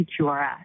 PQRS